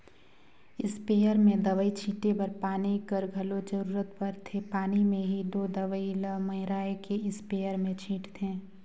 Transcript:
sprayer में दवई छींचे बर पानी कर घलो जरूरत परथे पानी में ही दो दवई ल मेराए के इस्परे मे छींचथें